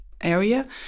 area